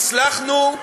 הצלחנו,